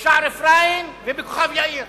בשער-אפרים ובכוכב-יאיר.